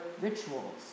rituals